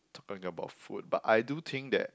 talking about food but I do think that